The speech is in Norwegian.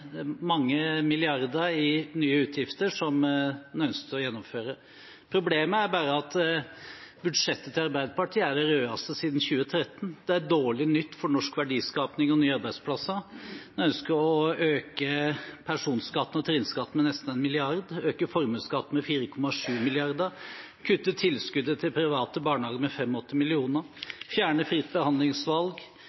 mange milliarder i nye utgifter som han ønsket å gjennomføre. Problemet er bare at budsjettet til Arbeiderpartiet er det rødeste siden 2013. Det er dårlig nytt for norsk verdiskaping og nye arbeidsplasser. En ønsker å øke personskatten og trinnskatten med nesten 1 mrd. kr, øke formuesskatten med 4,7 mrd. kr, kutte tilskuddet til private barnehager med